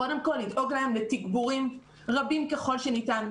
קודם כל לדאוג להם לתגבורים רבים ככל שניתן,